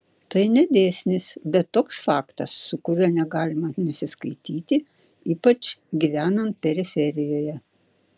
tai ne dėsnis bet toks faktas su kuriuo negalima nesiskaityti ypač gyvenant periferijoje